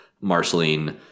Marceline